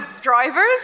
drivers